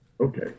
okay